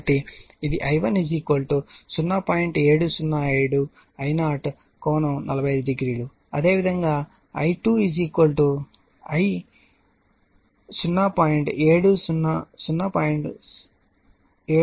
707 I0∠450 అదేవిధంగా I2 I 0